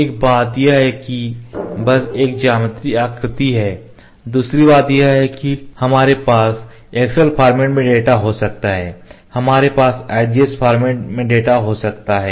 एक बात यह है कि बस एक ज्यामितीय आकृति है दूसरी बात यह है कि हमारे पास एक्सेल फॉर्मेट में डेटा हो सकता है हमारे पास आईजीएस फॉर्मेट में डेटा हो सकता है